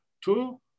two